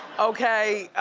okay,